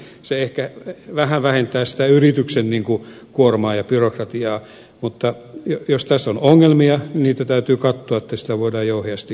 se ehkä vähän vähentää sitä yrityksen kuormaa ja byrokratiaa mutta jos tässä on ongelmia niitä täytyy katsoa että sitä voidaan jouheasti käyttää